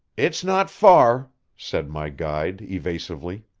it's not far, said my guide evasively.